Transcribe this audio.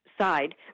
side